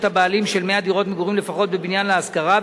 הבעלים של 100 דירות מגורים לפחות בבניין להשכרה,